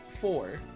four